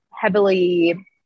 heavily